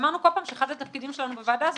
אמרנו כל פעם שאחד התפקידים שלנו בוועדה הזו,